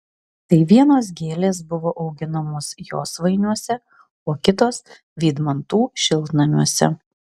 tai vienos gėlės buvo auginamos josvainiuose o kitos vydmantų šiltnamiuose